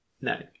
No